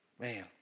Man